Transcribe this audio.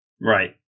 Right